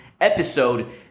episode